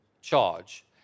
charge